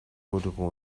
өөрийгөө